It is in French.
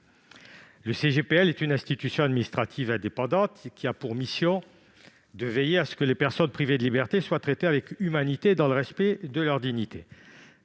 Le CGLPL est une autorité administrative indépendante qui a pour mission de veiller à ce que les personnes privées de liberté soient traitées avec humanité et dans le respect de leur dignité.